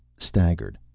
staggered.